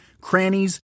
crannies